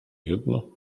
jedno